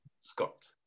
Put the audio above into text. Scott